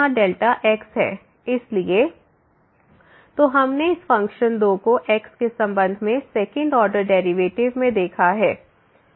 इसलिए fxx0 fx00x 2Δx 0Δx 2 तो हमने इस फंक्शन 2 को x के संबंध में सेकंड ऑर्डर डेरिवेटिव में देखा है